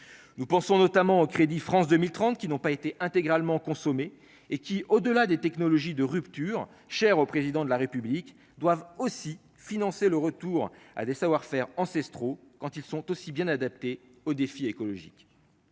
nous pensons notamment crédit France 2030, qui n'ont pas été intégralement consommé et qui, au delà des technologies de rupture chère au président de la République doivent aussi financer le retour à des savoir-faire ancestraux quand ils sont aussi bien adaptée aux défis écologiques